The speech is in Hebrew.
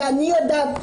ואני יודעת,